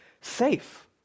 safe